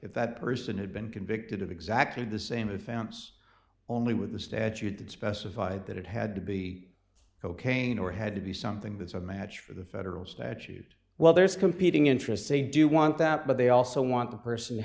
if that person had been convicted of exactly the same offense only with the statute that specified that it had to be cocaine or had to be something that's a match for the federal statute well there's competing interests they do want that but they also want the person to